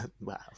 wow